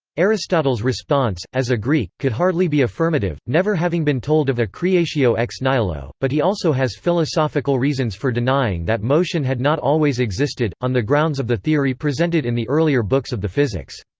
aristotle's response, as a greek, could hardly be affirmative, never having been told of a creatio ex nihilo, but he also has philosophical reasons for denying that motion had not always existed, on the grounds of the theory presented in the earlier books of the physics.